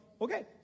okay